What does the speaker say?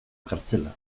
kartzela